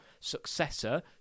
successor